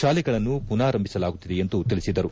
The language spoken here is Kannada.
ತಾಲೆಗಳನ್ನು ಪುನಾರಂಭಿಸಲಾಗುತ್ತಿದೆ ಎಂದು ತಿಳಿಸಿದರು